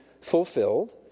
fulfilled